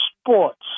sports